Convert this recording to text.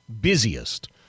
busiest